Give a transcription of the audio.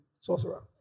sorcerer